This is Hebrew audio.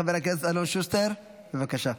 חבר הכנסת אלון שוסטר, בבקשה.